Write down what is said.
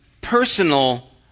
personal